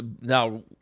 Now